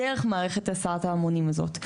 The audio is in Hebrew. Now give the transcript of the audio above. דרך מערכת הסעת ההמונים הזאת.